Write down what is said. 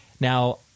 Now